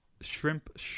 Shrimp